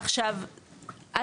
עכשיו,